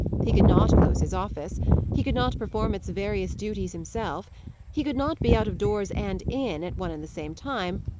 he could not close his office he could not perform its various duties himself he could not be out of doors and in, at one and the same time,